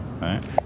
right